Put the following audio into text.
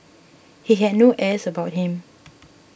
he had no airs about him